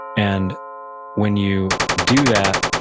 and when you do that,